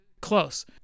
Close